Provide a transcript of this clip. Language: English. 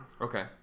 Okay